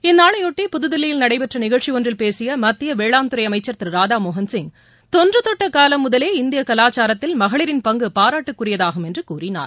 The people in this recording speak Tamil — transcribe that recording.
இந்நாளையொட்டி புதுதில்லியில் நடைபெற்ற நிகழ்ச்சி ஒன்றில் பேசிய மத்திய வேளாண்துறை அமைச்சர் திரு ராதா மோகந்சிய் தொன்று தொட்ட காலம் முதலே இந்திய கலாச்சாரத்தில் மகளிரின் பங்கு பாராட்டுக்குரியதாகும் என்று கூறினார்